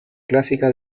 clásica